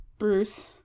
bruce